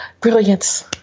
brilliance